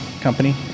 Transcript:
company